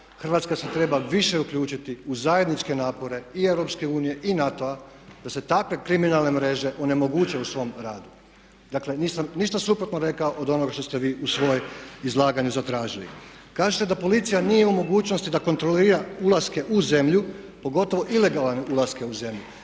Hrvatska se treba više uključiti u zajedničke napore i EU i NATO-a da se takve kriminalne mreže onemoguće u svom radu. Dakle, nisam ništa suprotno rekao od onog što ste vi u svojem izlaganju zatražili. Kažete da policija nije u mogućnosti da kontrolira ulaske u zemlju, pogotovo ilegalne ulaske u zemlju.